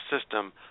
system